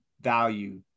value